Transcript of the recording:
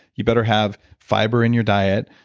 you better have fiber in your diet,